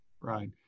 Right